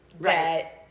right